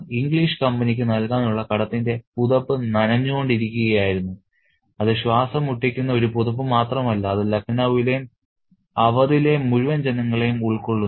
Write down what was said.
English കമ്പനിക്ക് നൽകാനുള്ള കടത്തിന്റെ പുതപ്പ് നനഞ്ഞുകൊണ്ടിരിക്കുകയായിരുന്നു അത് ശ്വാസം മുട്ടിക്കുന്ന ഒരു പുതപ്പ് മാത്രമല്ല അത് ലഖ്നൌവിലെയും അവധിലെയും മുഴുവൻ ജനങ്ങളെയും ഉൾക്കൊള്ളുന്നു